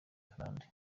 karande